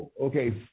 Okay